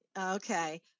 Okay